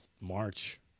March